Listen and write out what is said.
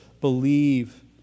believe